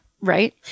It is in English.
Right